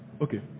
Okay